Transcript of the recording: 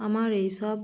আমার এইসব